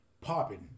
popping